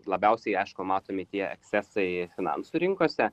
labiausiai aišku matomi tie ekscesai finansų rinkose